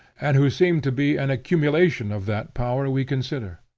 and who seem to be an accumulation of that power we consider.